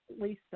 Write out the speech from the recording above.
Lisa